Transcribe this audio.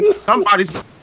Somebody's